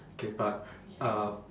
K but uh